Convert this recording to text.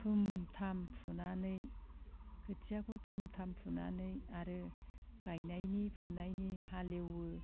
थुम थाम फुनानै खोथियाखौ थुम थाम फुनानै आरो गायनायनि फुनायनि हालेवो